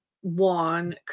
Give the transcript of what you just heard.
one